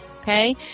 Okay